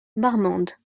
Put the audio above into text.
marmande